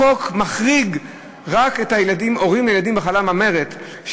החוק מחריג רק הורים לילדים עם מחלה ממארת,